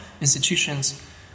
institutions